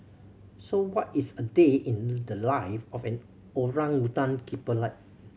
so what is a day in the life of an orangutan keeper like